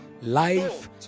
life